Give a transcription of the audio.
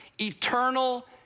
eternal